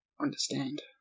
understand